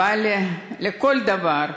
אבל לכל דבר,